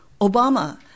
Obama